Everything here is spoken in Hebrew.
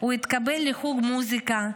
הוא התקבל לחוג מוזיקה,